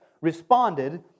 responded